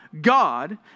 God